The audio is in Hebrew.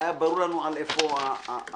היה ברור לנו על איפה המיקוד.